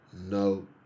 no